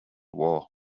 war